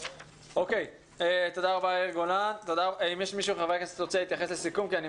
אם מישהו רצה להתייחס ולא